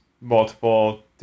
multiple